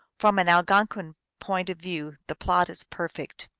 from an algonquin point of view the plot is perfect.